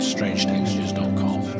Strangetextures.com